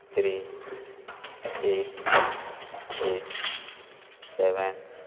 three eight eight seven three